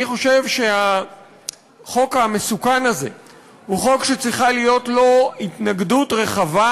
אני חושב שהחוק המסוכן הזה הוא חוק שצריכה להיות לו התנגדות רחבה,